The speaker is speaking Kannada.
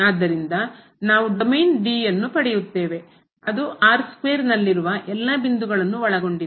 ಆದ್ದರಿಂದ ನಾವು ಡೊಮೇನ್ D ಅನ್ನು ಪಡೆಯುತ್ತೇವೆ ಅದು ನಲ್ಲಿರುವ ಎಲ್ಲಾ ಬಿಂದುಗಳನ್ನು ಒಳಗೊಂಡಿದೆ